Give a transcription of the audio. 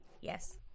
Yes